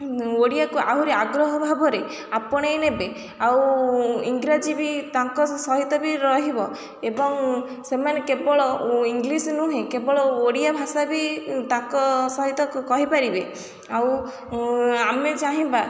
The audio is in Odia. ଓଡ଼ିଆକୁ ଆହୁରି ଆଗ୍ରହ ଭାବରେ ଆପଣେଇ ନେବେ ଆଉ ଇଂରାଜୀ ବି ତାଙ୍କ ସହିତ ବି ରହିବ ଏବଂ ସେମାନେ କେବଳ ଇଂଗ୍ଲିଶ୍ ନୁହେଁ କେବଳ ଓଡ଼ିଆ ଭାଷା ବି ତାଙ୍କ ସହିତ କହିପାରିବେ ଆଉ ଆମେ ଚାହିଁବା